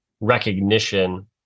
recognition